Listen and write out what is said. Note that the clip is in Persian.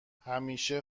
همیشه